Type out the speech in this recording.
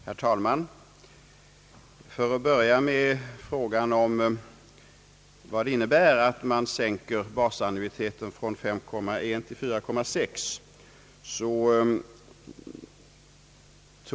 Herr talman! Jag vill börja med frågan om vad det skulle innebära om man sänkte basannuiteten från 5,1 till 4,6 procent.